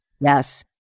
Yes